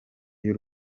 y’u